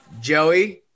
Joey